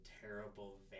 terrible